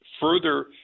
further